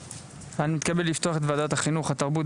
אני מתכבד לפתוח את ועדת החינוך, התרבות